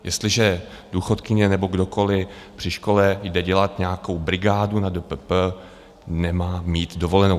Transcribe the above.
Jestliže důchodkyně nebo kdokoliv při škole jde dělat nějakou brigádu na DPP, nemá mít dovolenou.